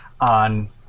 on